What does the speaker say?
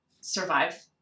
survive